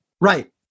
right